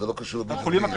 גדעון,